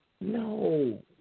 No